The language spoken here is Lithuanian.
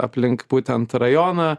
aplink būtent rajoną